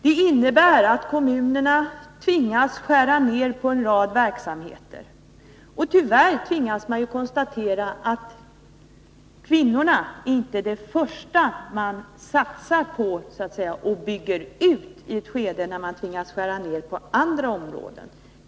Det innebär att kommunerna tvingas skära ned på en rad verksamheter. Tyvärr tvingas man konstatera att kvinnoområdet inte är det första man satsar på och bygger ut i ett skede, när kommunerna tvingas skära ned på alla områden.